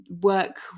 work